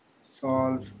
solve